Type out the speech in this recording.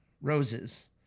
roses